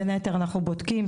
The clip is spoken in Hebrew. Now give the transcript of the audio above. בין היתר אנחנו בודקים,